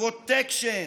פרוטקשן,